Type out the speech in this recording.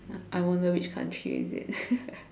I wonder which country is it